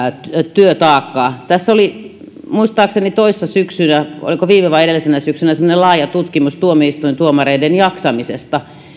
työtaakkaa tässä oli muistaakseni toissa syksynä oliko viime vai edellisenä syksynä semmoinen laaja tutkimus tuomioistuintuomareiden jaksamisesta